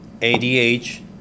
ADH